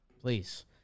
Please